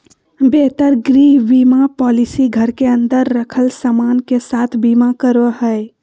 बेहतर गृह बीमा पॉलिसी घर के अंदर रखल सामान के साथ बीमा करो हय